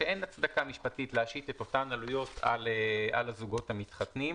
שאין הצדקה משפטית להשית את אותן עלויות על הזוגות המתחתנים.